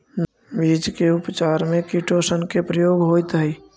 बीज के उपचार में भी किटोशन के प्रयोग होइत हई